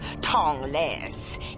tongueless